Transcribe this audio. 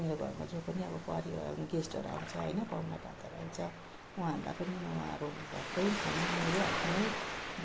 मेरो घरमा जो पनि अब परिवारमा गेस्टहरू आउँछ होइन पाहुना पातहरू आउँछ उहाँहरूलाई पनि म म अब घरकै खाना मेरै हातले नै